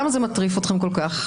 למה זה מטריף אתכם כל כך?